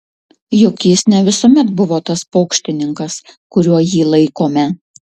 juk jis ne visuomet buvo tas pokštininkas kuriuo jį laikome